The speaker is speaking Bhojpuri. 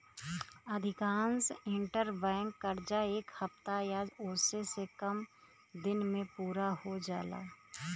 अधिकांश इंटरबैंक कर्जा एक हफ्ता या ओसे से कम दिन में पूरा हो जाला